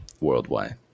worldwide